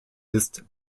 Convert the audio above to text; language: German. ist